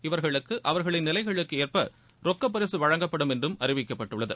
இவர்களுக்கு அவர்களின் நிலைகளுக்கு ஏற்ப ரொக்கப்பரிசு வழங்கப்படும் என்றும் அறிவிக்கப்பட்டுள்ளது